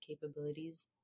capabilities